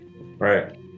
Right